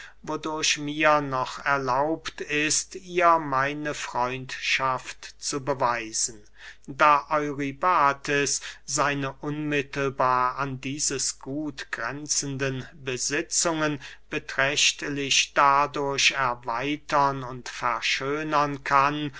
wodurch mir noch erlaubt ist ihr meine freundschaft zu beweisen da eurybates seine unmittelbar an dieses gut gränzenden besitzungen beträchtlich dadurch erweitern und verschönern kann